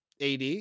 AD